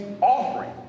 offering